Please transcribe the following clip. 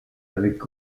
avec